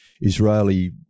israeli